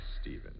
Stephen